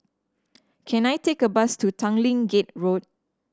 can I take a bus to Tanglin Gate Road